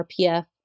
RPF